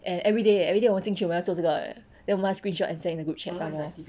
and everyday everyday 我们进去我们要做这个 eh then must screenshot and send in the group chat somemore